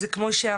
אז זה כמו שאמרתי,